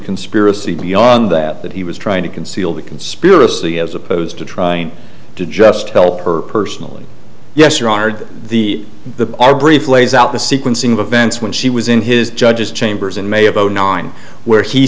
conspiracy beyond that that he was trying to conceal the conspiracy as opposed to trying to just help her personally yes or ard the the our brief lays out the sequencing of events when she was in his judge's chambers in may of zero nine where he